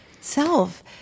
self